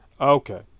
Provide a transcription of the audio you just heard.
Okay